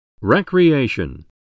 Recreation